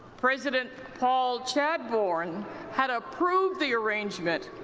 president paul chadbourne had approved the arrangement,